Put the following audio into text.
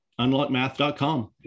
unlockmath.com